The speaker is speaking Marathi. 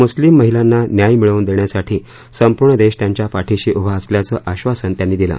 मुस्लिम महिलांना न्याय मिळवून देण्यासाठी संपूर्ण देश त्यांच्या पाठीशी उभा असल्याचं आधासन त्यांनी दिलं